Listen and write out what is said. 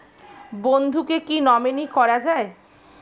বন্ধুকে কী নমিনি করা যায়?